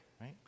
Right